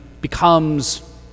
becomes